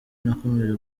nakomeje